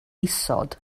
isod